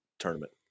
tournament